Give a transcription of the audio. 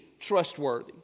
trustworthy